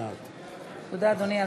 בעד תודה, אדוני.